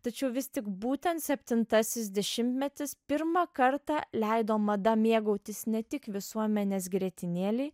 tačiau vis tik būtent septintasis dešimtmetis pirmą kartą leido mada mėgautis ne tik visuomenės grietinėlei